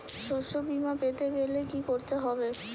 শষ্যবীমা পেতে গেলে কি করতে হবে?